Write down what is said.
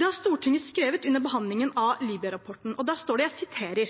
har Stortinget skrevet under behandlingen av Libya-rapporten, og der står det: